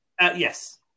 Yes